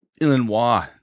Illinois